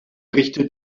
richtet